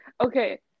Okay